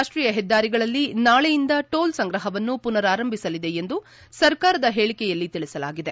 ರಾಷ್ಟೀಯ ಹೆದ್ದಾರಿಗಳಲ್ಲಿ ನಾಳೆಯಿಂದ ಟೋಲ್ ಸಂಗ್ರಹವನ್ನು ಪುನರಾರಂಭಿಸಲಿದೆ ಎಂದು ಸರ್ಕಾರದ ಹೇಳಿಕೆಯಲ್ಲಿ ತಿಳಿಸಲಾಗಿದೆ